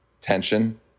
tension